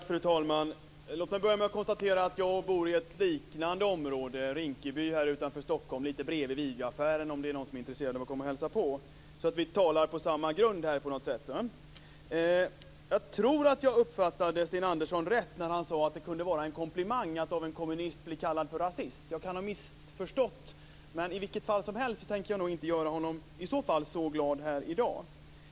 Fru talman! Låt mig börja med att konstatera att jag bor i ett liknande område, Rinkeby utanför Stockholm, bredvid videoaffären, om det är någon som är intresserad av att komma och hälsa på. Vi talar alltså på samma grunder här. Jag tror att jag uppfattade Sten Andersson rätt när han sade att det kunde vara en komplimang att bli kallad för rasist av en kommunist. Jag kan ha missförstått, men i vilket fall som helst tänker jag inte göra honom så glad här i dag.